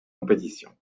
compétition